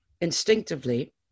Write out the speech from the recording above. instinctively